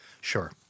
Sure